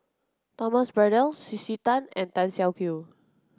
Thomas Braddell C C Tan and Tan Siak Kew